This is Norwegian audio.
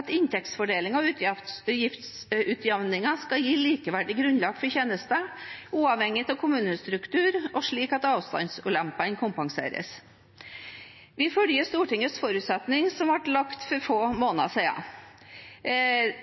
at inntektsfordelingen og utgiftsutjevningen skal gi likeverdig grunnlag for tjenester, uavhengig av kommunestruktur, og slik at avstandsulemper kompenseres. Vi følger Stortingets forutsetninger som ble lagt for få måneder